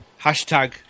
Hashtag